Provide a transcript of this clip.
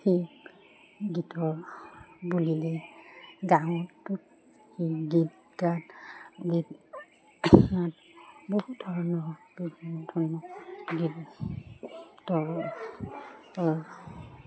সেই গীতৰ বুলিলে গাঁৱতো সেই গীত বহু ধৰণৰ বিভিন্ন ধৰণৰ গীত